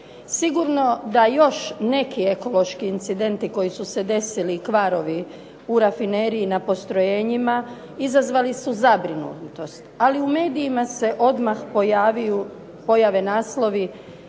Sigurno da još neki ekološki incidenti koji su se desili kvarovi u rafineriji i na postrojenjima, izazvali su zabrinutost. Ali u medijima se odmah pojave naslovi